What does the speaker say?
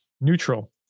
neutral